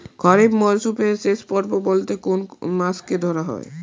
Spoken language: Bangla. খরিপ মরসুমের শেষ পর্ব বলতে কোন কোন মাস কে ধরা হয়?